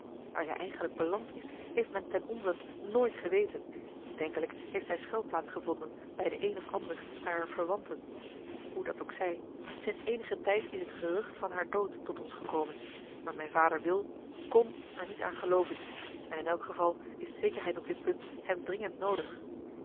waar zij eigenlijk beland is heeft men ten onzent nooit geweten denkelijk heeft zij schuilplaats gevonden bij den een of ander harer verwanten hoe dat ook zij sinds eenigen tijd is het gerucht van haar dood tot ons gekomen maar mijn vader wil kon er niet aan gelooven en in elk geval is zekerheid op dit punt hem dringend noodig